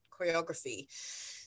choreography